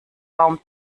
baum